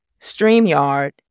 StreamYard